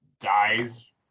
dies